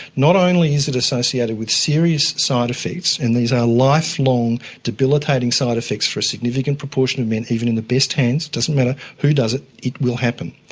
not only is it associated with serious side-effects, and these are lifelong debilitating side-effects for a significant proportion of men, even in the best hands, it doesn't matter who does it, it will happen,